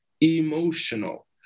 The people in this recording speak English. emotional